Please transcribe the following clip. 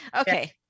Okay